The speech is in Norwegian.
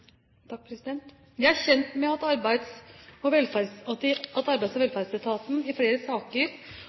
Jeg er kjent med at Arbeids- og